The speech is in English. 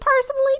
personally